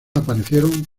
aparecieron